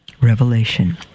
Revelation